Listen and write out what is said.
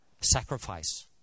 sacrifice